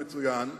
הוא מצוין,